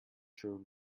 true